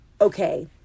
okay